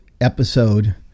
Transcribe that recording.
episode